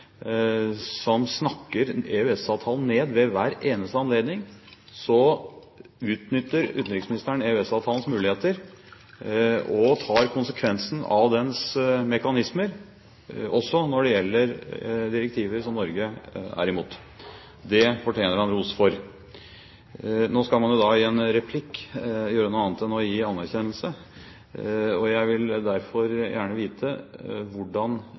som snakker EØS-avtalen ned ved hver eneste anledning, så utnytter utenriksministeren EØS-avtalens muligheter og tar konsekvensen av dens mekanismer, også når det gjelder direktiver som Norge er imot. Det fortjener han ros for. Man skal jo i en replikk gjøre noe annet enn å gi anerkjennelse. Og jeg vil derfor gjerne vite hvordan